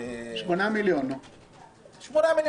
8 מיליון בשנה.